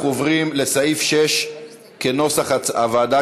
אנחנו עוברים לסעיף 6 כנוסח הוועדה,